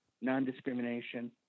non-discrimination